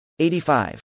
85